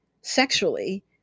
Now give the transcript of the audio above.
sexually